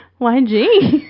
YG